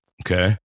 Okay